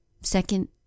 Second